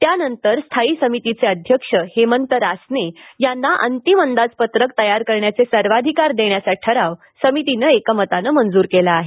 त्यानंतर स्थायी समितीचे अध्यक्ष हेमंत रासने यांना अंतिम अंदाजपत्रक तयार करण्याचे सर्वाधिकार देण्याचा ठराव समितीनं एकमतानं मंजूर केला आहे